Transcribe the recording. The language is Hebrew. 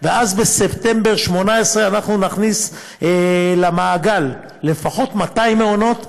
ואז בספטמבר 2018 נכניס למעגל לפחות 200 מעונות,